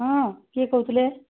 ହଁ କିଏ କହୁଥିଲେ